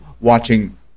watching